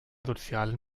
soziale